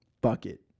Bucket